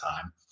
time